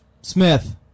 Smith